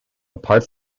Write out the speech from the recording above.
apart